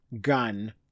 gun